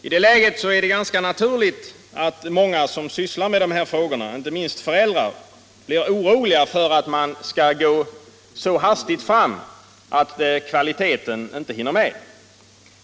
I det läget är det ganska naturligt att många som sysslar med dessa frågor, inte minst föräldrar, blir oroliga för att man skall gå så hastigt fram att kvaliteten inte hinner med.